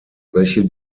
welche